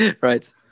right